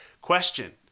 question